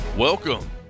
Welcome